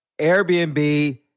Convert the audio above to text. Airbnb